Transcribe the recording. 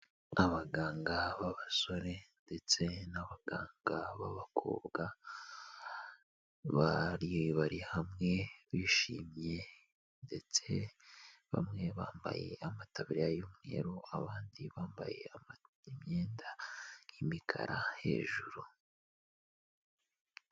Abaganga b'abasore ndetse n'abaganga b'abakobwa, bari bari hamwe bishimye ndetse bamwe bambaye amataburiya y'umweru, abandi bambaye imyenda y'imikara hejuru.